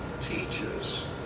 teaches